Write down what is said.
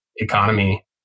economy